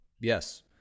Yes